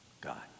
God